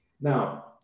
Now